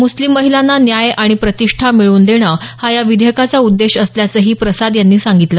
म्स्लिम महिलांना न्याय आणि प्रतिष्ठा मिळवून देणं हा या विधेयकाचा उद्देश असल्याचंही प्रसाद म्हणाले